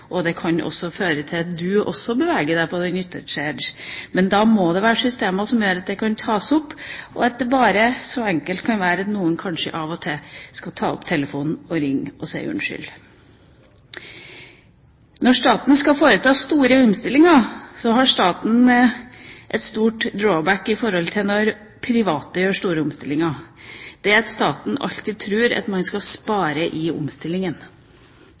og det kan føre til at du også beveger deg på den ytterste «edge». Men da må det være systemer som gjør at det kan tas opp, og det kan være så enkelt som at kanskje noen av og til skal ta opp telefonen for å ringe og si unnskyld. Når staten skal foreta store omstillinger, har staten et stort drawback i forhold til når private gjør store omstillinger, og det er at staten alltid tror at man skal spare i omstillingen.